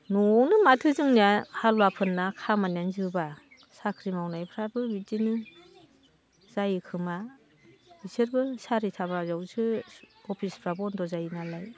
न'आवनो माथो जोंनिया हालुवा फोरना खामानियानो जोबा साख्रि मावनायफ्राबो बिदिनो जायोखोमा बिसोरबो सारिथा बाजायावसो अफिसफ्रा बन्द' जायो नालाय